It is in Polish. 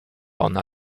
ona